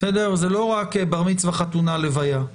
זה לא רק בר מצווה, חתונה, לוויה.